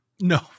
no